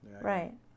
right